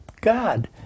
God